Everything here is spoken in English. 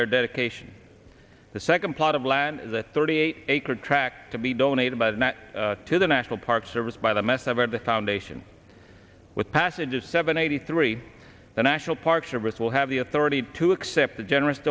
their dedication the second plot of land the thirty eight acre track to be donated by the net to the national park service by the massive are the foundation with passages seven eighty three the national park service will have the authority to accept a generous